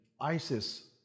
ISIS